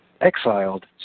exiled